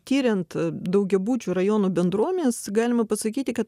tiriant daugiabučių rajonų bendruomenes galima pasakyti kad